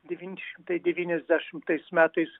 devyni šimtai devyniasdešimtais metais